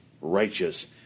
righteous